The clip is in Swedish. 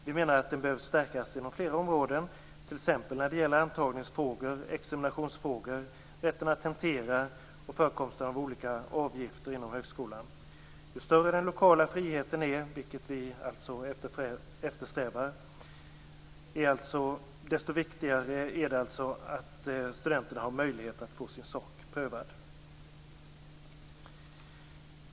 Vi menar att den behöver stärkas inom flera områden, t.ex. när det gäller antagningsfrågor, examinationsfrågor, rätten att tentera och förekomsten av olika avgifter inom högskolan. Ju större den lokala friheten är - vilket vi alltså eftersträvar - desto viktigare är det att studenterna har möjlighet att få sin sak prövad.